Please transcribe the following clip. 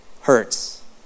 hurts